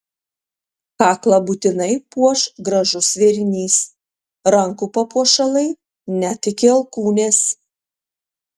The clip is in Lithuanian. kaklą būtinai puoš gražus vėrinys rankų papuošalai net iki alkūnės